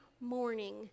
morning